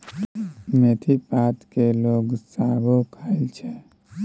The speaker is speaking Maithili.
मेथी पात केर लोक सागो खाइ छै